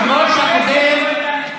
יושב-ראש המפלגה הוא ראש הממשלה.